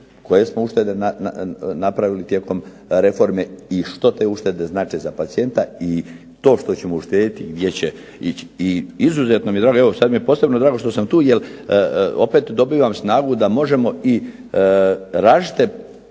koje smo uštede napravili tijekom reforme i što te uštede znače za pacijenta i to što ćemo uštedjeti gdje će ići. I izuzetno mi je drago, evo sad mi je posebno drago, što sam tu jer opet dobivam snagu da možemo i različite